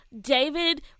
David